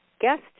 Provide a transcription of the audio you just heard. guest